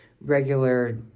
regular